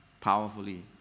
powerfully